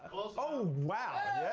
oh wow.